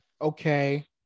Okay